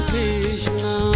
Krishna